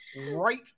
right